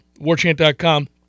Warchant.com